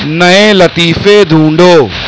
نئے لطیفے ڈھونڈو